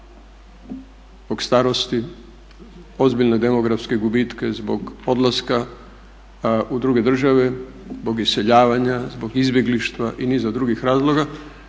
zbog starosti, ozbiljne demografske gubitke zbog odlaska u druge države, zbog iseljavanja, zbog izbjeglištva i niza drugih razloga